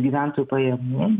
gyventojų pajamų